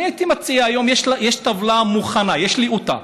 אני הייתי מציע: היום יש טבלה מוכנה, יש לי אותה,